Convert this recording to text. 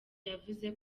yavuze